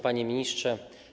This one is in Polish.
Panie Ministrze!